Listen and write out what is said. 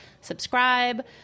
subscribe